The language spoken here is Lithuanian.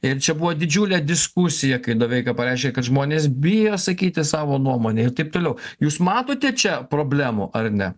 ir čia buvo didžiulė diskusija kai doveika parašė kad žmonės bijo sakyti savo nuomonę ir taip toliau jūs matote čia problemų ar ne